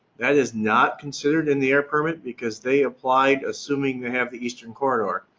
that is not considered in the air permit because they applied, assuming they have the eastern corridor,